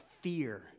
fear